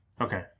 Okay